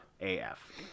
AF